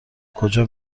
کجا